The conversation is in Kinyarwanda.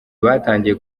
batangiye